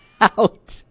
out